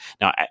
Now